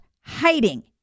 hiding